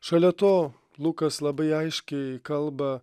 šalia to lukas labai aiškiai kalba